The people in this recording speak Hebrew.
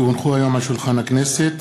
כי הונחו היום על שולחן הכנסת,